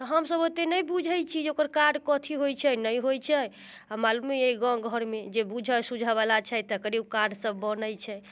तऽ हमसब ओतेक नहि बूझैत छियै जे ओकर कार्ड कथी होइत छै ही होइत छै आ मालूमे अइ गाँव घरमे जे बूझऽ सूझऽ बला छै तेकरे ओ कार्ड सब बनैत छै